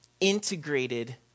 integrated